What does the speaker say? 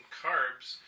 carbs